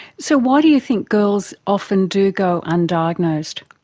so why do you think girls often do go undiagnosed?